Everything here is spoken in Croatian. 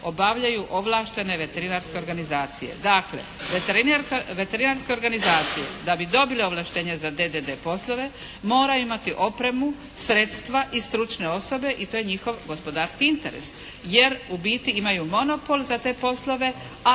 obavljaju ovlaštene veterinarske organizacije. Dakle, veterinarske organizacije da bi dobile ovlaštenje za …/Govornik se ne razumije./… poslove moraju imati opremu, sredstva i stručne osobe i to je njihov gospodarski interes jer u biti imaju monopol za te poslove, a